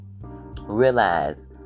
realize